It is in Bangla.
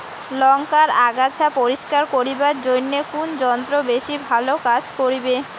লংকার আগাছা পরিস্কার করিবার জইন্যে কুন যন্ত্র বেশি ভালো কাজ করিবে?